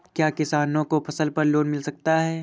क्या किसानों को फसल पर लोन मिल सकता है?